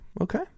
Okay